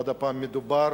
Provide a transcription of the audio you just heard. עוד הפעם, מדובר